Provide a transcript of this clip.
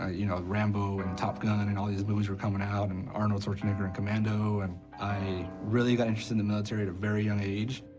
ah you know, rambo and top gun and all these movies were coming out, and arnold schwarzenegger in commando, and i really got interested in the military at a very young age.